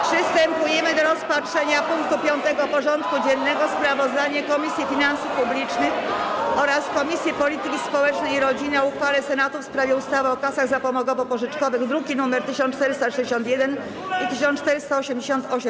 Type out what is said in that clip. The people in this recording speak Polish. Przystępujemy do rozpatrzenia punktu 5. porządku dziennego: Sprawozdanie Komisji Finansów Publicznych oraz Komisji Polityki Społecznej i Rodziny o uchwale Senatu w sprawie ustawy o kasach zapomogowo-pożyczkowych (druki nr 1461 i 1488)